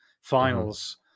finals